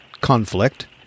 conflict